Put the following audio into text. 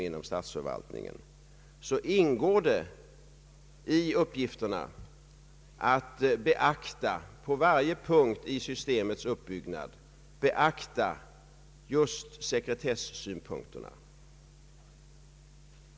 Inom statsförvaltningen ingår det i uppgifterna att på varje punkt vid ett nytt systems uppbyggnad beakta just sekretessynpunkterna.